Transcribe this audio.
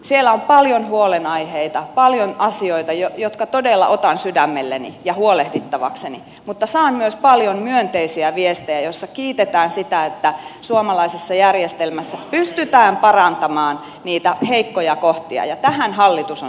siellä on paljon huolenaiheita paljon asioita jotka todella otan sydämelleni ja huolehdittavakseni mutta saan myös paljon myönteisiä viestejä joissa kiitetään sitä että suomalaisessa järjestelmässä pystytään parantamaan niitä heikkoja kohtia ja tähän hallitus on sitoutunut